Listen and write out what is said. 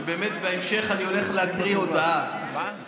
שבאמת בהמשך אני הולך להקריא הודעה,